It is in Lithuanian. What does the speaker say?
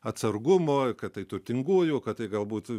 atsargumo kad tai turtingųjų kad tai galbūt